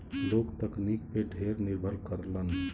लोग तकनीकी पे ढेर निर्भर करलन